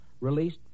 released